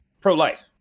pro-life